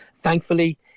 Thankfully